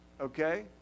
okay